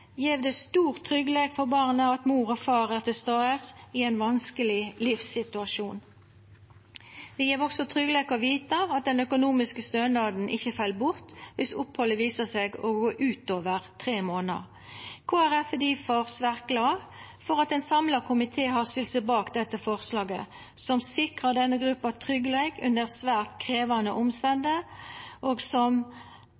gjev det stor tryggleik for barna at mor og far er til stades i ein vanskeleg livssituasjon. Det gjev også tryggleik å vita at den økonomiske stønaden ikkje fell bort dersom opphaldet viser seg å gå utover tre månader. Kristeleg Folkeparti er difor svært glad for at ein samla komité har stilt seg bak dette forslaget, som sikrar denne gruppa tryggleik under svært krevjande